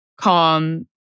calm